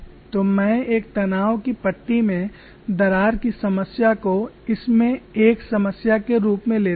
तो मैं एक तनाव की पट्टी में दरार की समस्या को इस में एक समस्या के रूप में लेता हूं